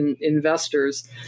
investors